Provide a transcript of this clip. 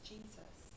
Jesus